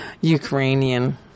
Ukrainian